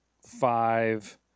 five